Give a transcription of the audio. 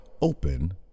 open